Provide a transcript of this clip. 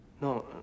No